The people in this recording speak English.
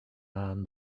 man